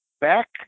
back